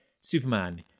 Superman